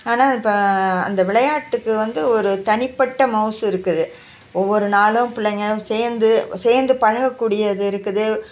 ஆனால் இப்போ அந்த விளையாட்டுக்கு வந்து ஒரு தனிப்பட்ட மவுசு இருக்குது ஒவ்வொரு நாளும் பிள்ளைங்கள் சேர்ந்து சேர்ந்து பழகக்கூடியது இருக்குது